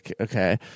Okay